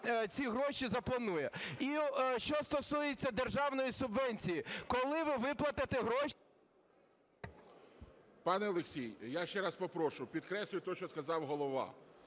ці гроші запланує. І що стосується державної субвенції. Коли ви виплатите гроші… 10:36:39 СТЕФАНЧУК Р.О. Пане Олексій, я ще раз попрошу, підкреслюю те, що сказав Голова.